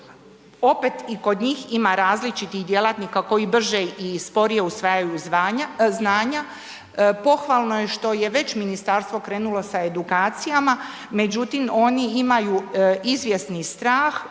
opet i kod njih ima različitih djelatnika koji brže i sporije usvajaju znanja. Pohvalno je što je već ministarstvo krenulo sa edukacijama, međutim oni imaju izvjesni strah